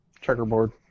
Checkerboard